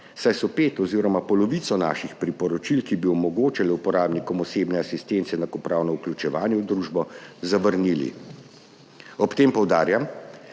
saj so pet oziroma polovico naših priporočil, ki bi omogočala uporabnikom osebne asistence enakopravno vključevanje v družbo, zavrnili. Ob tem poudarjam,